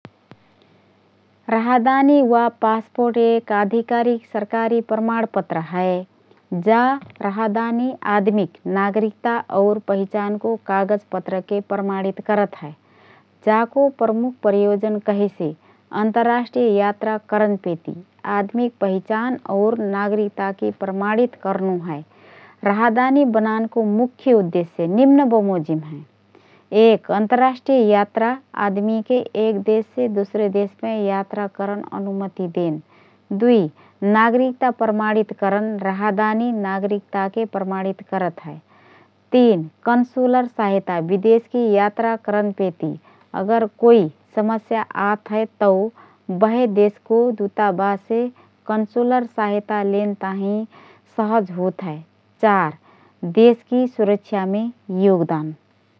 राहदानी वा पासपोर्ट एक आधिकारिक सरकारी प्रमाणपत्र हए । जा राहदानी आदमिक नागरिकता और पहिचानको कागज पत्रके प्रमाणित करत हए । जाको प्रमुख प्रयोजन कहेसे अन्तर्राष्ट्रिय यात्रा करनपेति आदमिक पहिचान और नागरिकताकी प्रमाणित करनो हए । राहदानी बनानको मुख्य उद्देश्य निम्न बमोजिम हएँ: १. अन्तर्राष्ट्रिय यात्रा: आदमीके एक देशसे दुसरे देशमे यात्रा करन अनुमति देन । २. नागरिकता प्रमाणित करन: राहदानी नागरिकताके प्रमाणित करत हए । ३. कन्सुलर सहायता: विदेशकी यात्रा करनपेति अगर कोइ समस्या आतहए तओ बेहे देशको दूतावाससे कन्सुलर सहायता लेन ताहिँ सहज होतहए । ४. देशकी सुरक्षामे योगदान ।